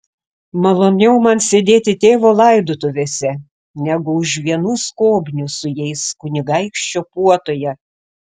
maloniau man sėdėti tėvo laidotuvėse negu už vienų skobnių su jais kunigaikščio puotoje